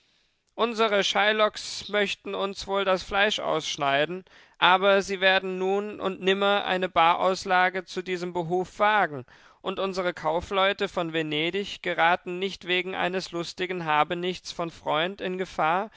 unsere shylocks möchten uns wohl das fleisch ausschneiden aber sie werden nun und nimmer eine barauslage zu diesem behuf wagen und unsere kaufleute von venedig geraten nicht wegen eines lustigen habenichts von freund in gefahr